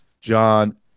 John